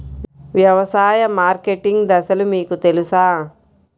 వ్యవసాయ మార్కెటింగ్ దశలు మీకు తెలుసా?